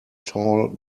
tall